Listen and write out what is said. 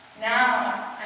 Now